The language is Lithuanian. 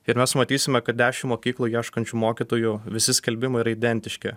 ir mes matysime kad dešimt mokyklų ieškančių mokytojų visi skelbimai yra identiški